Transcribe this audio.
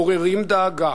מעוררים דאגה